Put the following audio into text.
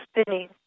spinning